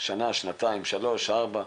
לראות, שנה, שנתיים, שלוש, ארבע?